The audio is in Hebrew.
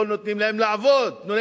לא נותנים להם לעבוד.